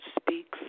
speaks